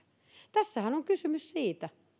tässähän on kysymys siitä